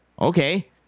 Okay